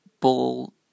Ball